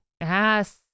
Yes